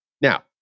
Now